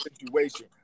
situation